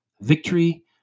victory